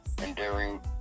enduring